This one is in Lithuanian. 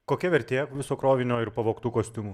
kokia vertė viso krovinio ir pavogtų kostiumų